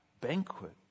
banquet